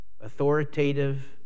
authoritative